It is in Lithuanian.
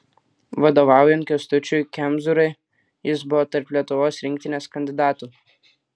vadovaujant kęstučiui kemzūrai jis buvo tarp lietuvos rinktinės kandidatų